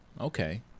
okay